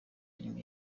nyuma